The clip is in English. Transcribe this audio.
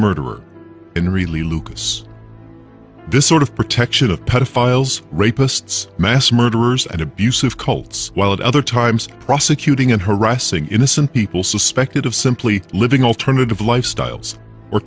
murderer in really lucas this sort of protection of pedophiles rapists mass murderers and abusive cults while at other times prosecuting and harassing innocent people suspected of simply living alternative lifestyles